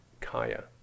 Kaya